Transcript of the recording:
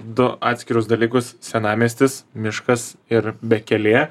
du atskirus dalykus senamiestis miškas ir bekelė